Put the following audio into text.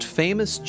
famous